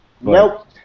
Nope